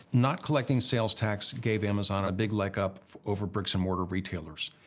not collecting sales tax gave amazon a big leg up over bricks and mortar retailers.